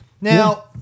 Now